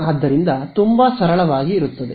ಆದ್ದರಿಂದ ತುಂಬಾ ಸರಳವಾಗಿ ಇರುತ್ತದೆ